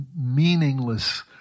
meaningless